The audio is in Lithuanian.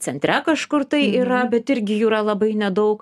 centre kažkur tai yra bet irgi jų yra labai nedaug